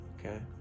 Okay